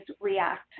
react